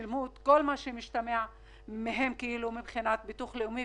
שילמו את כל מה שנדרש מהם מבחינת הביטוח הלאומי,